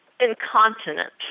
incontinent